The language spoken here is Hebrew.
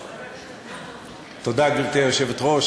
תודה, גברתי היושבת-ראש.